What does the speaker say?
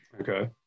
Okay